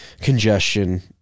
congestion